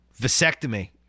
vasectomy